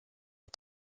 est